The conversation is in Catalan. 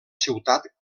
ciutat